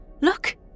Look